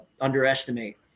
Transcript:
underestimate